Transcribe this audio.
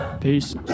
Peace